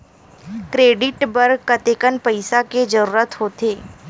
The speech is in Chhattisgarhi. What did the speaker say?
क्रेडिट बर कतेकन पईसा के जरूरत होथे?